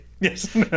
Yes